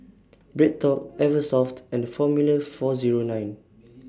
BreadTalk Eversoft and Formula four Zero nine